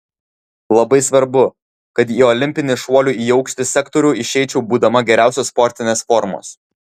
labai svarbu kad į olimpinį šuolių į aukštį sektorių išeičiau būdama geriausios sportinės formos